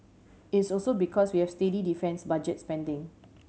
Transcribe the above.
it's also because we have steady defence budget spending